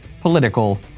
political